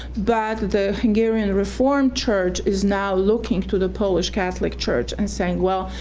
but the hungarian reform church is now looking to the polish catholic church and saying well,